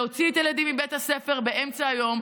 להוציא את הילדים מבית הספר באמצע היום,